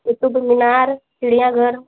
Qutub Minar चिड़ियाँघर